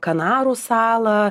kanarų salą